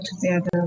together